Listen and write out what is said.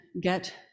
get